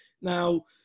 Now